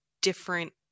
different